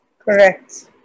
Correct